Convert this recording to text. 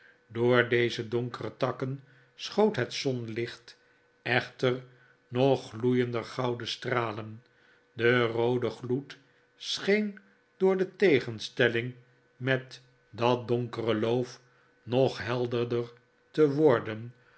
door deze donkere takken schoot het zonlicht echter nog gloeiender gouden stralen de roode gloed scheen door de tegenstelling met dat donkere loof nog helderder te worden